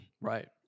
Right